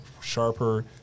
sharper